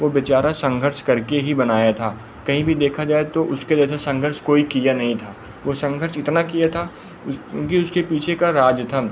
वह बेचारा संघर्ष करके ही बनाया था कहीं भी देखा जाए तो उसके जैसा संघर्ष कोई किया नहीं था वह संघर्ष इतना किया था क्योंकि उसके पीछे का राज था